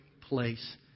place